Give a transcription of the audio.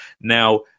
Now